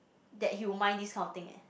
that you might need not think it